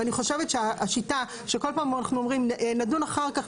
ואני חושבת שהשיטה שכל פעם אנחנו אומרים נדון אחר כך,